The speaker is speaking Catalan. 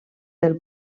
del